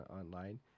online